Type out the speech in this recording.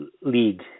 lead